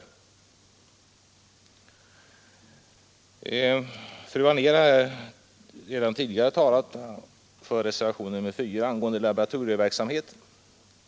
Fru Anér har redan tidigare talat för reservationen 4 angående laboratorieverksamheten.